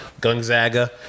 Gonzaga